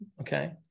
okay